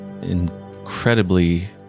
incredibly